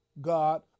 God